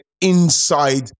inside